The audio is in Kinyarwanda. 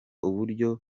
uburyo